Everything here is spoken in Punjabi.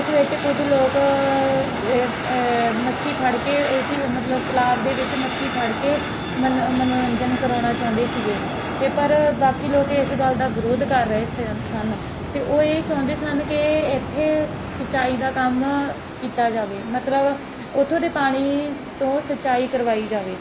ਉਸ ਵਿੱਚ ਕੁਝ ਲੋਕ ਅ ਮੱਛੀ ਫੜ ਕੇ ਇਹ 'ਚ ਹੀ ਮਤਲਬ ਤਲਾਬ ਦੇ ਵਿੱਚ ਮੱਛੀ ਫੜ ਕੇ ਮਨੋ ਮਨੋਰੰਜਨ ਕਰਵਾਉਣਾ ਚਾਹੁੰਦੇ ਸੀਗੇ ਅਤੇ ਪਰ ਬਾਕੀ ਲੋਕ ਇਸ ਗੱਲ ਦਾ ਵਿਰੋਧ ਕਰ ਰਹੇ ਸਨ ਸਨ ਅਤੇ ਉਹ ਇਹ ਚਾਹੁੰਦੇ ਸਨ ਕਿ ਇੱਥੇ ਸਿੰਚਾਈ ਦਾ ਕੰਮ ਕੀਤਾ ਜਾਵੇ ਮਤਲਬ ਉੱਥੋਂ ਦੇ ਪਾਣੀ ਤੋਂ ਸਿੰਚਾਈ ਕਰਵਾਈ ਜਾਵੇ